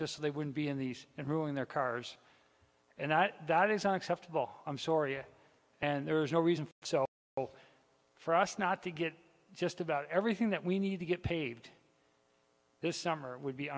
just so they wouldn't be in these and ruin their cars and that is unacceptable i'm soria and there is no reason so for us not to get just about everything that we need to get paved this summer would be